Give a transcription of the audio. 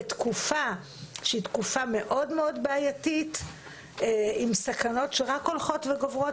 בתקופה שהיא תקופה מאוד בעייתית עם סכנות שרק הולכות וגוברות,